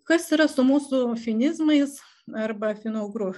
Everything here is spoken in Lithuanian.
kas yra su mūsų finizmais arba finougrų